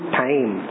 time